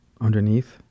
Underneath